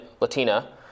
Latina